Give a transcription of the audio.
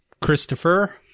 Christopher